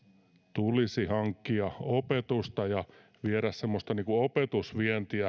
tulisi hankkia opetusta ja viedä semmoista niin kuin opetusvientiä